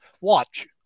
watch